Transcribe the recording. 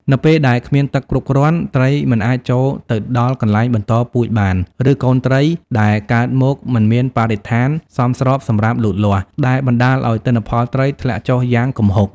នៅពេលដែលគ្មានទឹកគ្រប់គ្រាន់ ត្រីមិនអាចចូលទៅដល់កន្លែងបន្តពូជបាន ឬកូនត្រីដែលកើតមកមិនមានបរិស្ថានសមស្របសម្រាប់លូតលាស់ ដែលបណ្តាលឱ្យ ទិន្នផលត្រីធ្លាក់ចុះយ៉ាងគំហុក។